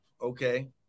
okay